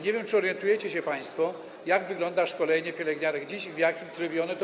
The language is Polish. Nie wiem, czy orientujecie się państwo, jak wygląda dziś szkolenie pielęgniarek i w jakim trybie one to